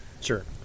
Sure